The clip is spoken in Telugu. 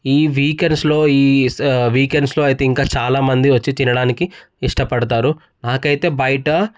ఈ వీకెండ్స్లో ఈ వీకెండ్స్లో అయితే ఇంకా చాలామంది వచ్చి తినడానికి ఇష్టపడతారు నాకైతే బయట